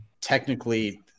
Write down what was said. technically